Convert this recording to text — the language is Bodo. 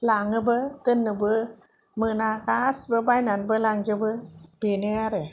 लाङोबो दोननोबो मोना गासिबो बायनानैबो लांजोबो बेनो आरो